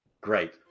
Great